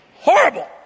horrible